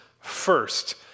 first